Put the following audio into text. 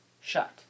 shut